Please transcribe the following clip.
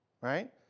right